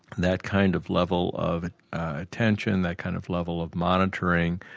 that kind of level of attention that kind of level of monitoring,